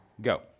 go